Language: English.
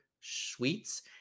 sweets